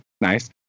Nice